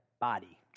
body